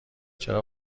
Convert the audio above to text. چرا